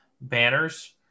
banners